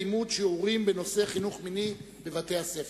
לימוד שיעורים בנושא חינוך מיני בבתי-הספר.